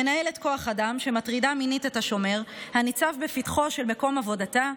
מנהלת כוח אדם שמטרידה מינית את השומר הניצב בפתחו של מקום עבודתה,